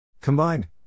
Combined